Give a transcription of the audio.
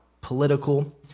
political